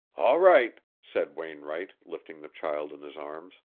all right, said wainwright, lifting the child in his arms.